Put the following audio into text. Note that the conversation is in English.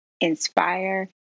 inspire